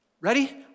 ready